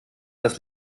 das